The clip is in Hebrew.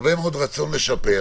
יש הרבה מאוד רצון לשפר.